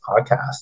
podcast